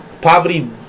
poverty